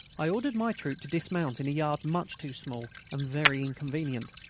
i ordered my troop to dismount in a yard much too small and very inconvenient.